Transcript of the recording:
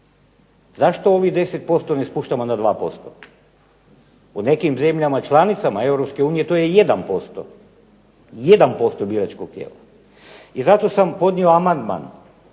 zašto ovih 10% ne spuštamo na 2%. U nekim zemljama članicama Europske unije to je 1% biračkog tijela i zato sam podnio amandman